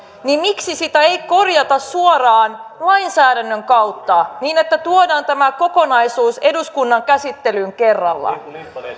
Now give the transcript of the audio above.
niin miksi niitä ei korjata suoraan lainsäädännön kautta niin että tuodaan tämä kokonaisuus eduskunnan käsittelyyn kerralla